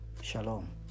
Shalom